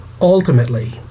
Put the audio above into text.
Ultimately